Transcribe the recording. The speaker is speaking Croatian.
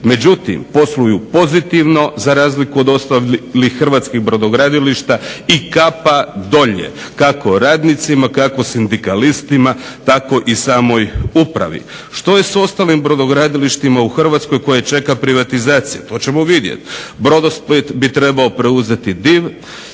Međutim posluju pozitivno za razliku od ostalih hrvatskih brodogradilišta i kapa dolje, kako radnicima, kako sindikalistima, tako i samoj upravi. Što je s ostalim brodogradilištima u Hrvatskoj koje čeka privatizacija? To ćemo vidjeti. Brodosplit bi trebao preuzeti Div,